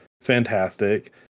fantastic